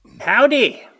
Howdy